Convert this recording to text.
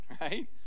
right